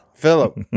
Philip